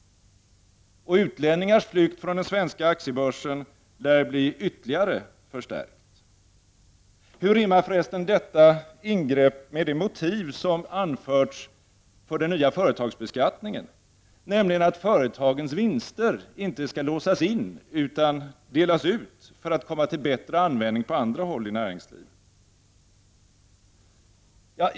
Utlänningars flykt från den svenska aktiebörsen lär bli ytterligare förstärkt. Hur rimmar detta ingrepp med det motiv som anförts för den nya företagsbeskattningen, nämligen att företagens vinster inte skall låsas in utan delas ut för att komma till bättre användning på andra håll i näringslivet?